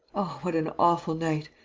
oh, what an awful night!